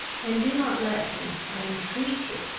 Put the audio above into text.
and do not let me, i entreat you,